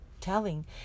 telling